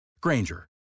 Granger